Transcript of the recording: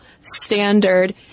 standard